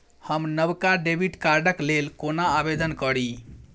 हम नवका डेबिट कार्डक लेल कोना आवेदन करी?